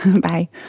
bye